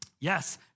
Yes